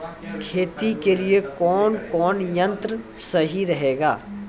खेती के लिए कौन कौन संयंत्र सही रहेगा?